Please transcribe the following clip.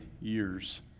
years